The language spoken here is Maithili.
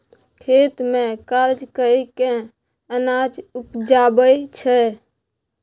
खेत मे काज कय केँ अनाज उपजाबै छै